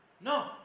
No